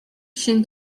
się